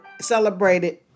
celebrated